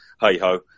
hey-ho